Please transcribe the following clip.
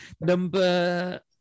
number